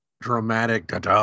dramatic